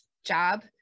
job